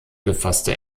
befasste